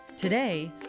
Today